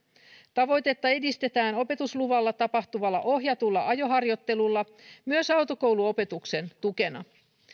tavoitetta edistetään opetusluvalla tapahtuvalla ohjatulla ajoharjoittelulla myös autokouluopetuksen tukena